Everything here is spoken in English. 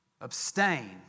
abstain